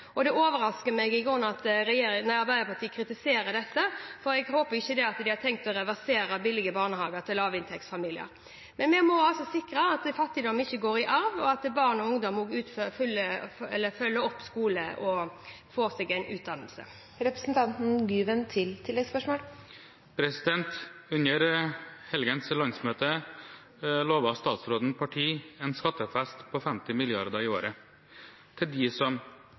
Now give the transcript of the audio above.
tenkt å reversere billige barnehager til lavinntektsfamilier. Vi må sikre at fattigdom ikke går i arv, og at barn og ungdom følger opp skolen og får seg en utdannelse. Under helgens landsmøte lovet statsrådens parti en skattefest på 50 mrd. kr i året, primært til dem som